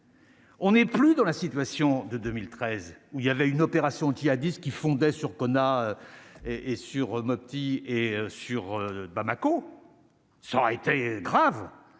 On est plus dans la situation de 2013 où il y avait une opération qui a dit ce qui fondait sur qu'on a et et sur Mopti et sur Bamako, ça aurait été grave